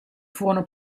furono